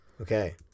Okay